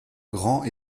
grand